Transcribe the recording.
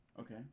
Okay